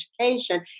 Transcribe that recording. education